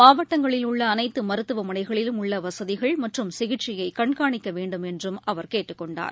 மாவட்டங்களில்உள்ளஅனைத்தமருத்துவமனைகளிலும் உள்ளவசதிகள் மற்றம் சிகிச்சையைகண்காணிக்கவேண்டும் என்றும் அவர் கேட்டுக்கொண்டார்